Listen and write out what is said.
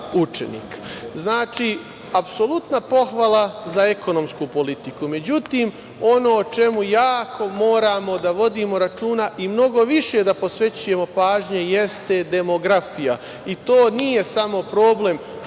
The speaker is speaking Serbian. Znači, apsolutna pohvala za ekonomsku politiku.Međutim, ono o čemu jako moramo da vodimo računa i mnogo više da posvećujemo pažnje jeste demografija. To nije samo problem